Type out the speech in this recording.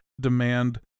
demand